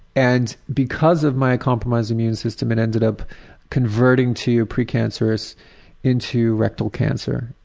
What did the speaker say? and because of my compromised immune system it ended up converting to pre-cancerous into rectal cancer.